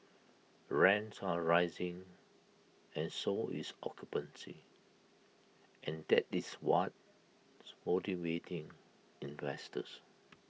rents are rising and so is occupancy and that is what's motivating investors